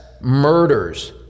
murders